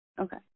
Okay